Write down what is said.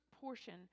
portion